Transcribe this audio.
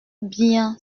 bien